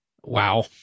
Wow